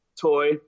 toy